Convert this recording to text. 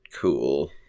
cool